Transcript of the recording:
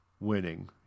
winning